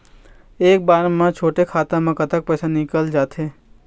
एक बार म छोटे खाता म कतक पैसा निकल जाथे?